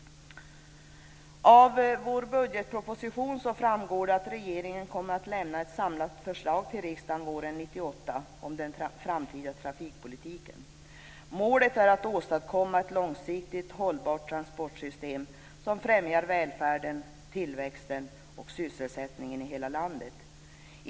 Av budgetpropositionen framgår det att regeringen kommer att lämna ett samlat förslag till riksdagen våren 1998 om den framtida trafikpolitiken. Målet är att åstadkomma ett långsiktigt hållbart transportsystem som främjar välfärden, tillväxten och sysselsättningen i hela landet.